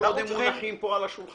כל עוד הם מונחים פה על השולחן.